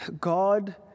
God